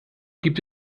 gibt